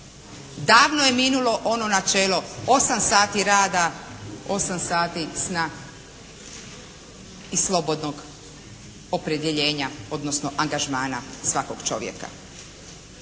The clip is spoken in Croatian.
davno je minulo ono načelo 8 sati rada 8 sati sna i slobodnog opredjeljenja, odnosno angažmana svakog čovjeka.